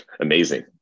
Amazing